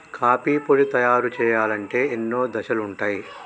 coffee పొడి తయారు చేయాలంటే ఎన్నో దశలుంటయ్